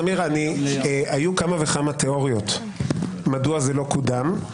זמיר, היו כמה תיאוריות למה לא קודם.